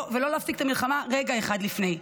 ולא להפסיק את המלחמה רגע אחד לפני.